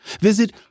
visit